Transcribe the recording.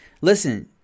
Listen